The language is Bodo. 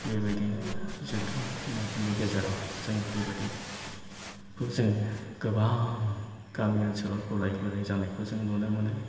बेबायदिनो जोथोन गैयि फोरनि गेजेराव जोङो बेबायदिखौ जों गोबां गामि ओनसोलाव गुलाय गुजाय जानायखौ जों नुनो मोनो